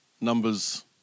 Numbers